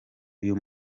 uyu